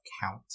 count